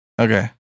Okay